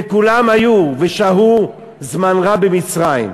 וכולם היו ושהו זמן רב במצרים.